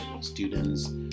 students